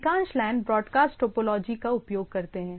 अधिकांश LAN broadcast topology का उपयोग करते हैं